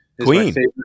Queen